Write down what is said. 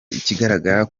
ikigaragara